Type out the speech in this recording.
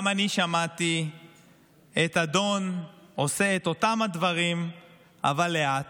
גם אני שמעתי את אדון "עושה את אותם הדברים אבל לאט"